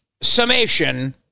summation